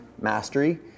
mastery